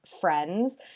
friends